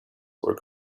were